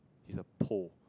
is a pole